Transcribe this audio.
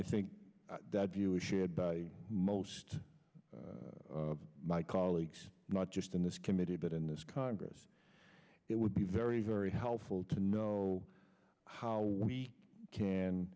i think that view is shared by most of my colleagues not just in this committee but in this congress it would be very very helpful to know how we can